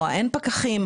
או האין פקחים,